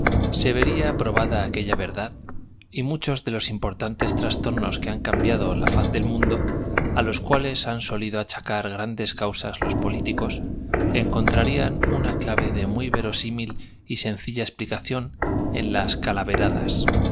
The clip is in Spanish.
da aquella verdad y muchos de los importantes mi primo sus expresiones de hacia cuatro años trastornos que han cambiado la faz del mundo es encantadora la sociedad qué alegría qué á los cuales han solido achacar grandes causas generosidad ya tengo amigos ya tengo aman los políticos encontrarían una clave de muy vete rosímil y sencilla explicación en las calaveu